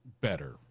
better